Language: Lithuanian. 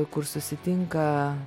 kur susitinka